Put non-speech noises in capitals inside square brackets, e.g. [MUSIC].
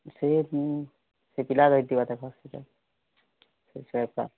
ସେ ମୁଁ ସେ ପିଲାଟା ରହିଥିବା ଦେଖ [UNINTELLIGIBLE] ହସ୍ପିଟାଲ୍ ସେ ଛୁଆଟା